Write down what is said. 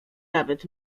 nawet